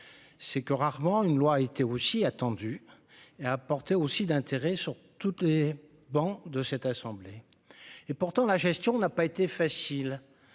c'est que rarement une loi a été aussi attendue et à apporter aussi d'intérêts sont toutes les bancs de cette assemblée, et pourtant la gestion n'a pas été facile